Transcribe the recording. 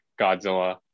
godzilla